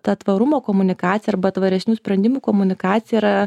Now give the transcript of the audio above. ta tvarumo komunikacija arba tvaresnių sprendimų komunikacija yra